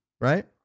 right